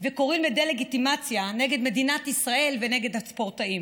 וקוראים לדה-לגיטימציה נגד מדינת ישראל ונגד הספורטאים.